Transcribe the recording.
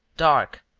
dark,